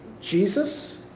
Jesus